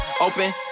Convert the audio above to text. Open